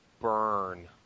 burn